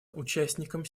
участником